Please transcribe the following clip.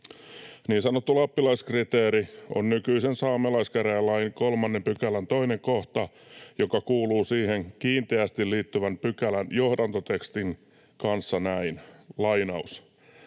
Niin sanottu lappalaiskriteeri on nykyisen saamelaiskäräjälain 3 §:n 2 kohta, joka kuuluu siihen kiinteästi liittyvän pykälän johdantotekstin kanssa näin: